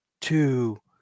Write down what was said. two